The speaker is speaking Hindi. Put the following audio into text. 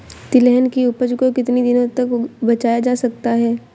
तिलहन की उपज को कितनी दिनों तक बचाया जा सकता है?